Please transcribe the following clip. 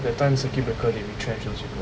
that time circuit breaker they retrench also